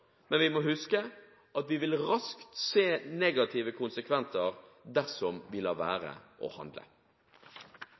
Men vi må huske at vi vil raskt se negative konsekvenser dersom vi